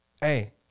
Hey